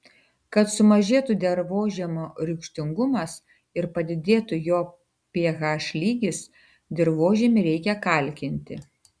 kad sumažėtų dirvožemio rūgštingumas ir padidėtų jo ph lygis dirvožemį reikia kalkinti